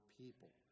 people